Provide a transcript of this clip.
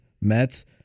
Mets